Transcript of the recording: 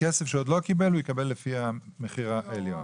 הכסף שהוא עוד לא קיבל הוא יקבל לפי המחיר העליון.